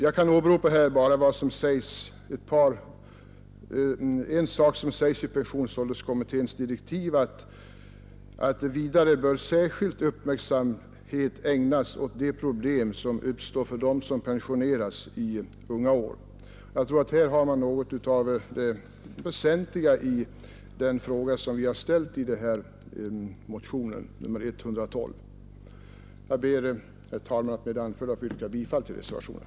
Jag vill upprepa vad som säges i pensionsålderskommitténs direktiv ”att särskild uppmärksamhet vidare skall ägnas åt de problem som uppstår för dem som pensioneras i unga år”. Detta är något av det väsentliga i den fråga som vi har ställt i motionen 112. Jag ber, herr talman, att med det anförda få yrka bifall till reservationen.